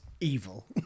evil